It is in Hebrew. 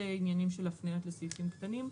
ועניינים של הפניות לסעיפים קטנים.